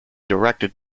directed